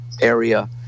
area